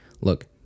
Look